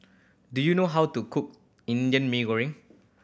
do you know how to cook Indian Mee Goreng